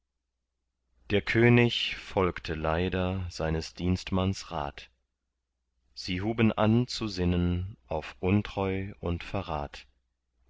der könig folgte leider seines dienstmanns rat so huben an zu sinnen auf untreu und verrat